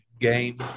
game